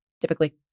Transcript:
typically